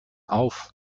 auf